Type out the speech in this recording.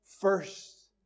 first